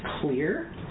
clear